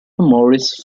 morris